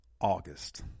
August